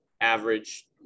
average